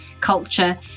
culture